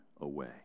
away